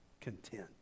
content